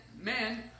men